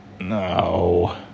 No